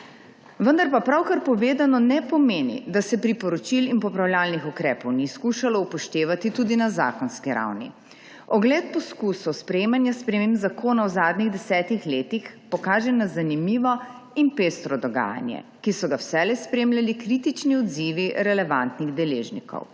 Vendar pa pravkar povedano ne pomeni, da se priporočil in popravljalnih ukrepov ni skušalo upoštevati tudi na zakonski ravni. Ogled poskusov sprejemanja sprememb zakona v zadnjih desetih letih pokaže na zanimivo in pestro dogajanje, ki so ga vselej spremljali kritični odzivi relevantnih deležnikov.